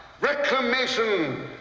reclamation